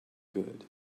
good